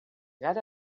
gara